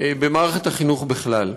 במערכת החינוך בכלל.